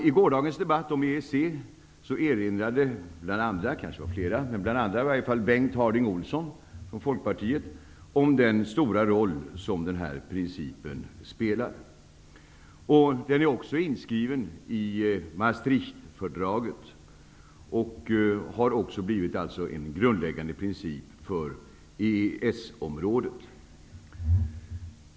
I gårdagens debatt om EES erinrade bl.a. Bengt Harding Olson, Folkpartiet, om den stora roll som den här principen spelar. Den är också inskriven i Maastrichtfördraget och har blivit en grundläggande princip för EES-området.